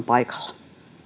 paikalla